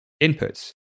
inputs